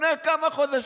לפני כמה חודשים,